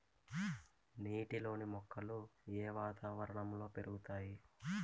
నీటిలోని మొక్కలు ఏ వాతావరణంలో పెరుగుతాయి?